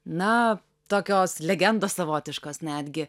na tokios legendos savotiškos netgi